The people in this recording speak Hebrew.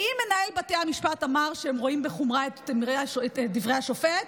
האם מנהל בתי המשפט אמר שהם רואים בחומרה את דברי השופט?